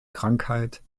krankheit